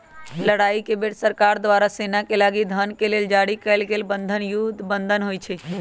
लड़ाई के बेर सरकार द्वारा सेनाके लागी धन के लेल जारी कएल गेल बन्धन युद्ध बन्धन होइ छइ